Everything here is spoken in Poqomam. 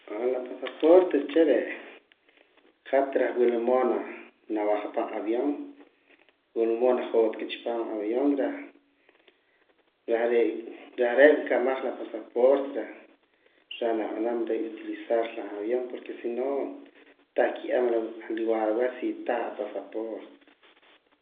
la pasaporte uche' re' hat reh wila mood nawajaa pan avión, wila mood najotka chi paam avión reh are' nkamaj la pasaporte reh nab'anam utilizar la avión porque si no tah nkiye'em lugar aweh si tah apasaporte.